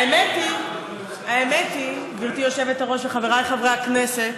האמת היא, גברתי היושבת-ראש וחבריי חברי הכנסת,